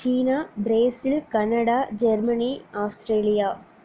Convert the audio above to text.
China Brazil Canada Germany Australia